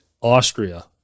austria